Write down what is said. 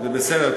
זה בסדר,